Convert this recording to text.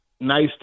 nice